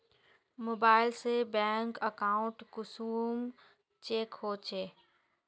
Mobile से bank account कुंसम check होचे?